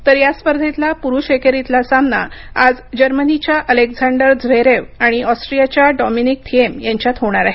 तर या स्पर्धेतला पुरुष एकेरीतला सामना आज जर्मनीच्या अलेक्झांडर झ्वेरेव आणि ऑस्ट्रियाच्या डोमिनिक थिएम यांच्यात होणार आहे